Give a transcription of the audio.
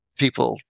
people